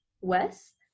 West